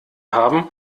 haben